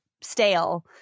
stale